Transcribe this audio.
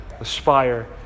aspire